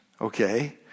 Okay